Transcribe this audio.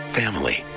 family